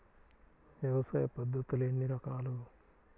వ్యవసాయ పద్ధతులు ఎన్ని రకాలు?